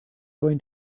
going